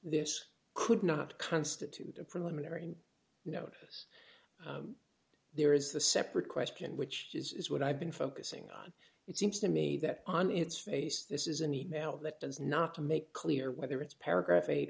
this could not constitute a preliminary notice there is the separate question which is what i've been focusing on it seems to me that on its face this is an email that does not make clear whether it's paragraph eight